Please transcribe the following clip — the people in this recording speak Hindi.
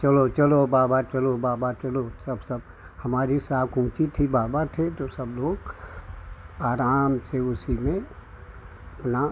चलो चलो बाबा चलो बाबा चलो तब सब हमारी साख ऊँची थी बाबा थे तो सब लोग आराम से उसी में अपना